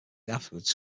afterwards